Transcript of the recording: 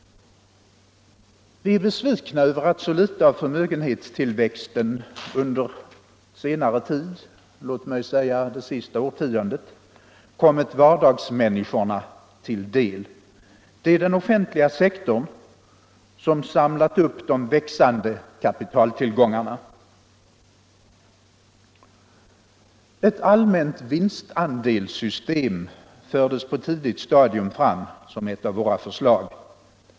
Vi är besvikna över att så litet av förmögenhetstillväxten under senare tid — låt mig säga det senaste årtiondet — kommit vardagsmänniskorna till del. Det är den offentliga sektorn som samlat upp de växande kapitaltillgångarna. Ett allmänt vinstandelssystem fördes på ett tidigt stadium fram som ett av våra förslag.